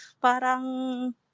parang